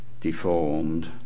deformed